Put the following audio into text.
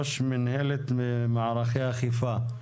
ראש מינהלת מערכי אכיפה.